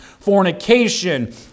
fornication